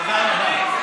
תודה רבה.